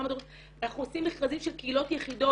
אנחנו עושים מכרזים של קהילות יחידות